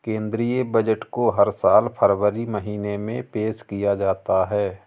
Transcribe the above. केंद्रीय बजट को हर साल फरवरी महीने में पेश किया जाता है